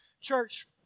Church